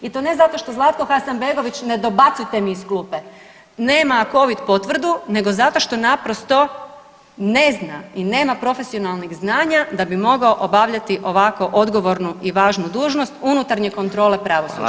I to ne zato što Zlatko Hasanbegović, ne dobacujte mi iz klupe nema covid potvrdu, nego zato što naprosto ne zna i nema profesionalnih znanja da bi mogao obavljati ovako odgovornu i važnu dužnost unutarnje kontrole pravosuđa.